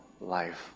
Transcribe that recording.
life